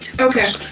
Okay